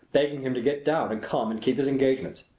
begging him to get down and come and keep his engagements,